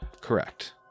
Correct